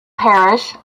parish